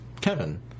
Kevin